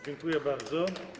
Dziękuję bardzo.